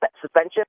suspension